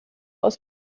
aus